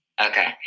Okay